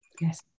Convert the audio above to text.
Yes